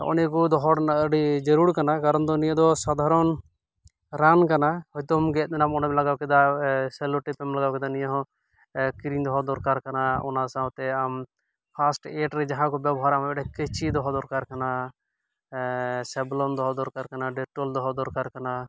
ᱦᱚᱜᱼᱚᱸᱭ ᱱᱤᱭᱟᱹᱠᱚ ᱫᱚᱦᱚ ᱨᱮᱱᱟᱜ ᱟᱹᱰᱤ ᱡᱟᱹᱲᱩᱲ ᱠᱟᱱᱟ ᱠᱟᱨᱚᱱᱫᱚ ᱱᱤᱭᱟᱹᱫᱚ ᱥᱟᱫᱷᱟᱨᱚᱱ ᱨᱟᱱ ᱠᱟᱱᱟ ᱦᱚᱭᱛᱚᱢ ᱜᱮᱫ ᱮᱱᱟᱢ ᱚᱸᱰᱮᱢ ᱞᱟᱜᱟᱣ ᱠᱮᱫᱟ ᱥᱮᱞᱚᱴᱮᱵᱷᱮᱢ ᱞᱟᱜᱟᱣ ᱠᱮᱫᱟ ᱱᱤᱭᱟᱹᱦᱚᱸ ᱠᱤᱨᱤᱧ ᱫᱚᱦᱚ ᱫᱚᱨᱠᱟᱨ ᱠᱟᱱᱟ ᱚᱱᱟ ᱥᱟᱶᱛᱮ ᱟᱢ ᱯᱷᱟᱥᱴ ᱮᱭᱰᱨᱮ ᱡᱟᱦᱟᱸ ᱠᱚ ᱵᱮᱵᱚᱦᱟᱨᱟ ᱚᱱᱮ ᱚᱸᱰᱮ ᱠᱟᱺᱪᱤ ᱫᱚᱦᱚ ᱫᱚᱨᱠᱟᱨ ᱠᱟᱱᱟ ᱥᱮᱵᱷᱞᱚᱱ ᱫᱚᱦᱚ ᱫᱚᱨᱠᱟᱨ ᱠᱟᱱᱟ ᱰᱮᱴᱚᱞ ᱫᱚᱦᱚ ᱫᱚᱨᱠᱟᱨ ᱠᱟᱱᱟ